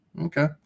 Okay